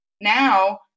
now